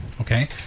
okay